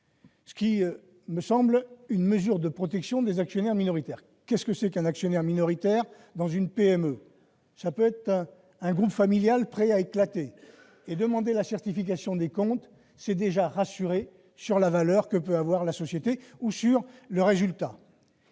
correspondre à une mesure de protection de ces actionnaires minoritaires. Qu'est-ce qu'un actionnaire minoritaire dans une PME ? Dans le cas d'un groupe familial prêt à éclater, demander la certification des comptes, c'est déjà rassurer sur la valeur de la société ou sur son résultat.